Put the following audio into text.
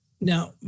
now